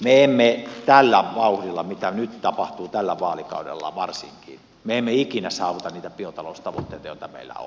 me emme tällä vauhdilla mitä nyt tapahtuu tällä vaalikaudella varsinkin ikinä saavuta niitä biotaloustavoitteita joita meillä on